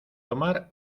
tomar